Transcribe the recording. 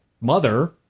mother